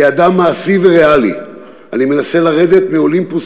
כאדם מעשי וריאלי אני מנסה לרדת מאולימפוס